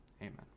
Amen